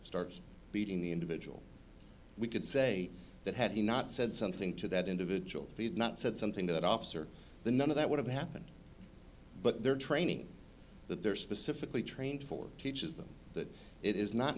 starts beating the individual we could say that had he not said something to that individual he'd not said something to that officer the none of that would have happened but their training that they're specifically trained for teaches them that it is not